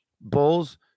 Bulls